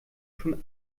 schon